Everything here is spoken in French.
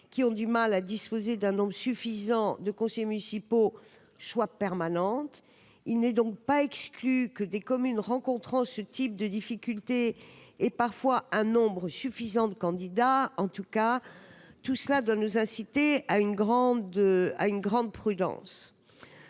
qui ont du mal à disposer d'un nombre suffisant de conseillers municipaux choix permanente, il n'est donc pas exclu que des communes rencontrant ce type de difficultés et parfois un nombre suffisant de candidats en tout cas, tout cela doit nous inciter à une grande à une